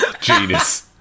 genius